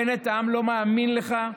בנט, העם לא מאמין לך.